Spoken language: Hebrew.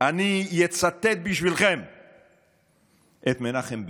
אני אצטט בשבילכם את מנחם בגין.